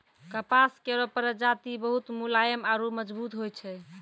कपास केरो प्रजाति बहुत मुलायम आरु मजबूत होय छै